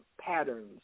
patterns